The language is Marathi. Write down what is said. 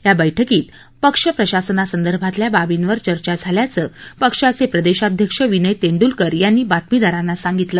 या बैठकीत पक्ष प्रशासनासंदर्भातल्या बाबींवर चर्चा झाल्याचं पक्षाचे प्रदेशाध्यक्ष विनय तेंडुलकर यांनी बातमीदारांना सांगितलं